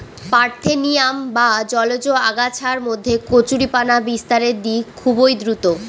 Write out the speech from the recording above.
parthenium বা জলজ আগাছার মধ্যে কচুরিপানা বিস্তারের দিক খুবই দ্রূত